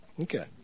Okay